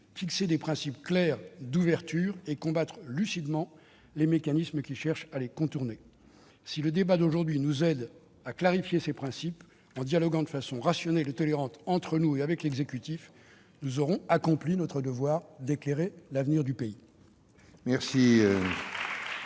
fixant des principes clairs d'ouverture et en combattant lucidement les mécanismes qui cherchent à les contourner. Si le débat d'aujourd'hui nous aide à clarifier ces principes, en dialoguant de façon rationnelle et tolérante entre nous et avec l'exécutif, nous aurons accompli notre devoir : éclairer l'avenir du pays